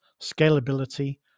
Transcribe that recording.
scalability